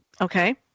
Okay